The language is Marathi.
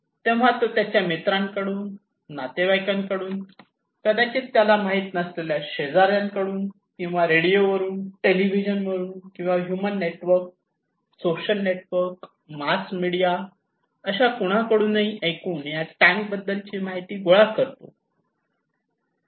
तेव्हा तो त्याच्या मित्रांकडून नातेवाइकांकडून कदाचित त्याला माहीत नसलेल्या शेजाऱ्यांकडून किंवा रेडिओ वरून टेलिव्हिजन वरून किंवा human network social network mass media अशा कुणाकडूनही ऐकून या टँक बद्दलची माहिती गोळा करतो